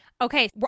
Okay